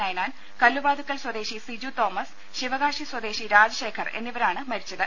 നൈനാൻ കല്ലുവാതുക്കൽ സ്വദേശി സിജു തോമസ് ശിവകാശി സ്വദേശി രാജശേഖർ എന്നിവരാണ് മരിച്ചത്